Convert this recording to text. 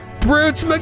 Brutes